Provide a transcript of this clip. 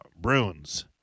Bruins